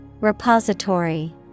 Repository